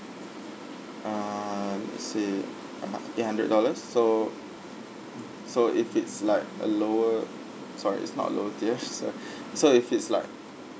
ah let me see ah eight hundred dollars so so if it's like a lower sorry it's not a lower tier sor~ so if it's like